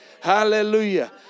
Hallelujah